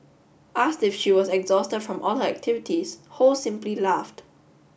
asked if she was exhausted from all her activities ho simply laughed